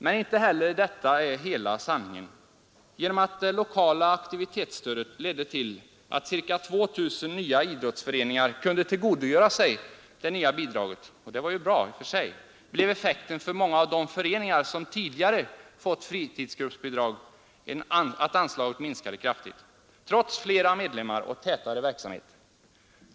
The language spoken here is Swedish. Men inte heller detta är hela sanningen. Det lokala aktivitetsstödet ledde till att ca 2 000 nya idrottsföreningar kunde tillgodogöra sig det nya bidraget, och det var bra i och för sig. Men effekten för många av de föreningar som tidigare fått fritidsgruppsbidrag blev att anslaget minskade kraftigt — trots flera medlemmar och tätare verksamhet.